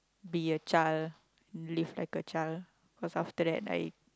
be a child live like a child cause after that I